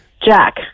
Jack